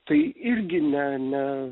tai irgi ne ne